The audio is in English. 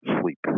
sleep